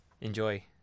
Enjoy